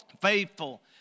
Faithful